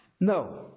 No